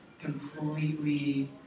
completely